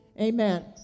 Amen